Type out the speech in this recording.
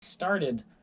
started